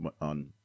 on